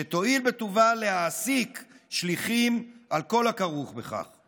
שתואיל בטובה להעסיק שליחים, על כל הכרוך בכך.